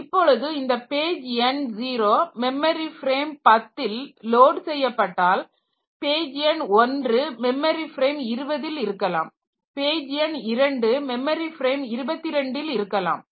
இப்பொழுது இந்த பேஜ் எண் 0 மெமரி ஃப்ரேம் 10 ல் லோடு செய்யப்பட்டால் பேஜ் எண் 1 மெமரி ஃப்ரேம் 20 ல் இருக்கலாம் பேஜ் எண் 2 மெமரி ஃப்ரேம் 22 ல் இருக்கலாம்